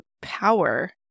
power